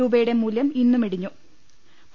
രൂപയുടെ മൂല്യം ഇന്നും ഇടിഞ്ഞു ്